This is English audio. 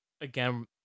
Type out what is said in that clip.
again